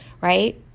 right